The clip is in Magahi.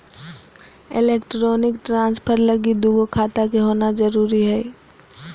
एलेक्ट्रानिक ट्रान्सफर लगी दू गो खाता के होना जरूरी हय